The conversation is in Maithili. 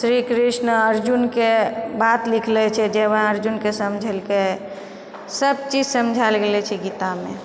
श्री कृष्ण अर्जुनके बात लिखले छै जे वहां अर्जुनके समझेलकै सब चीज समझायल गेलो छै गीतामे